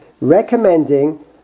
recommending